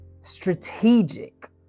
strategic